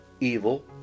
evil